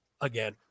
again